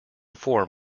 form